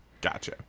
gotcha